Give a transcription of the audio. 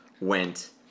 went